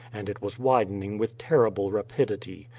and it was widening with terrible rapidity.